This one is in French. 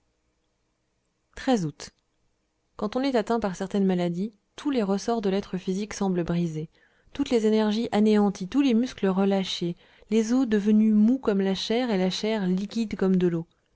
août quand on est atteint par certaines maladies tous les ressorts de l'être physique semblent brisés toutes les énergies anéanties tous les muscles relâchés les os devenus mous comme la chair et la chair liquide comme de l'eau